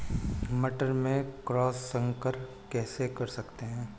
मटर में क्रॉस संकर कैसे कर सकते हैं?